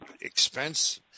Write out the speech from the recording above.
expense